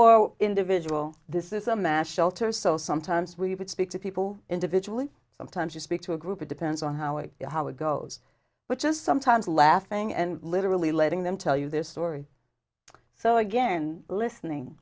mash shelter so sometimes we would speak to people individually sometimes you speak to a group it depends on how it you know how it goes but just sometimes laughing and literally letting them tell you this story so again listening